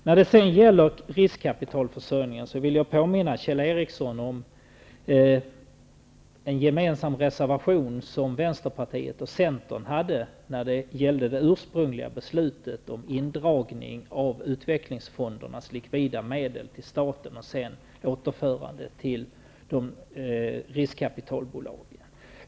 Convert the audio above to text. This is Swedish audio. När det gäller riskkapitalförsörjningen vill jag påminna Kjell Ericsson om en gemensam reservation som Vänsterpartiet och Centern hade till det ursprungliga beslutet om indragning av utvecklingsfondernas likvida medel till staten och ett återförande av dem till riskkapitalbolagen.